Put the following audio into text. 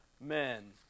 men